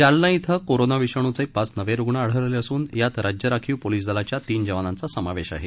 जालना इथं कोरोना विषाणूये पाच नवे रुग्ण आढळले असुन यात राज्य राखीव पोलिस दलाच्या तीन जवानांचा समावेश आहे